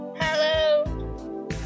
Hello